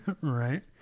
Right